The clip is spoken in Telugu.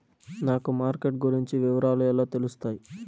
నాకు మార్కెట్ గురించి వివరాలు ఎలా తెలుస్తాయి?